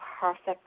perfect